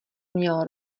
měl